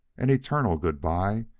an eternal good-by,